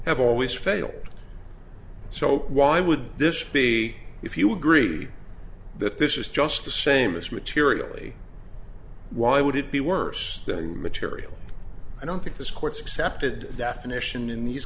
have always failed so why would this be if you agree that this is just the same as materially why would it be worse than material i don't think this court's accepted definition in these